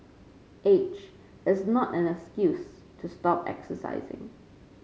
age is not an excuse to stop exercising